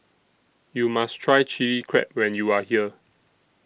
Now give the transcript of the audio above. YOU must Try Chili Crab when YOU Are here